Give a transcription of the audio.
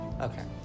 Okay